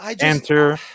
enter